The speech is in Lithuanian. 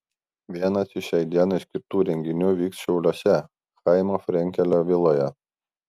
vienas iš šiai dienai skirtų renginių vyks šiauliuose chaimo frenkelio viloje